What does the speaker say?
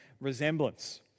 resemblance